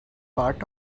part